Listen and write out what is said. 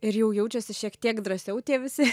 ir jau jaučiasi šiek tiek drąsiau tie visi